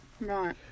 Right